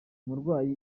umurwayi